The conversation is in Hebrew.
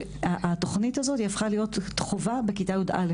התוכנית הזאת הפכה להיות חובה בכיתה י"א,